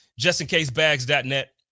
justincasebags.net